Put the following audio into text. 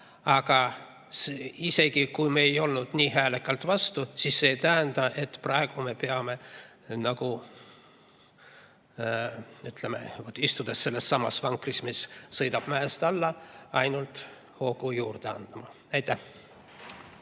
Aga isegi kui me ei olnud kuigi häälekalt vastu, siis see ei tähenda, et praegu me peame, istudes sellessamas vankris, mis sõidab mäest alla, ainult hoogu juurde andma. Aitäh!